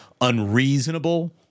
unreasonable